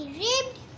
ribbed